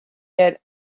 that